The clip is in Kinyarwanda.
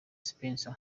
spencer